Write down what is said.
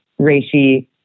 reishi